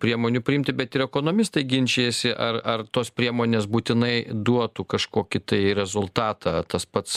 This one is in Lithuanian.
priemonių priimti bet ir ekonomistai ginčijasi ar ar tos priemonės būtinai duotų kažkokį tai rezultatą tas pats